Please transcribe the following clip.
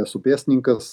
esu pėstininkas